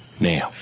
Now